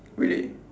great